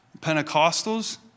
Pentecostals